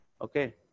Okay